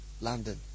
London